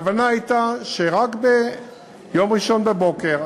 הכוונה הייתה שרק ביום ראשון בבוקר,